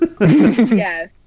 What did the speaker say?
Yes